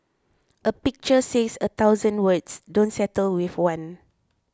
a pictures says a thousand words don't settle with one